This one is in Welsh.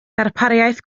darpariaeth